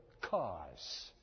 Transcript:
cause